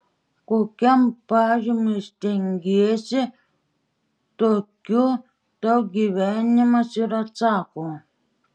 kokiam pažymiui stengiesi tokiu tau gyvenimas ir atsako